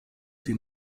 die